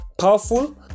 powerful